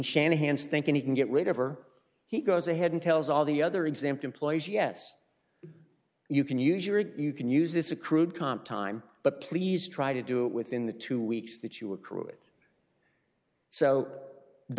shanahan's thinking he can get rid of or he goes ahead and tells all the other exempt employees yes you can use your it you can use this accrued comp time but please try to do it within the two weeks that you accrue it so the